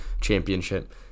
championship